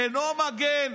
"אינו מגן,